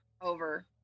over